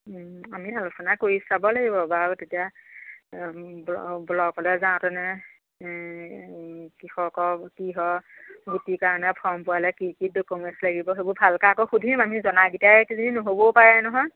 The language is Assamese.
আমি আলোচনা কৰি চাব লাগিব বাৰু তেতিয়া ব্লক ব্লকলৈ যাওঁতেনে কৃষকৰ কিহৰ গুটিৰ কাৰণে ফৰ্ম পূৰালে কি কি ডকুমেণ্টছ লাগিব সেইবোৰ ভালকৈ আকৌ সুধিম আমি জনাইকেইটাই নহ'বও পাৰে নহয়